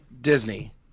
Disney